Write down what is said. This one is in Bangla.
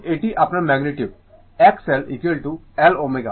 এবং এটি আপনার ম্যাগনিটিউড XL L ω